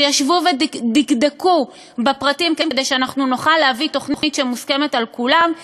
שישבו ודקדקו בפרטים כדי שאנחנו נוכל להביא תוכנית שמוסכמת על כולם,